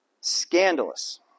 scandalous